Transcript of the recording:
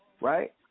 right